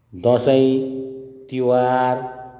Dashain Tihar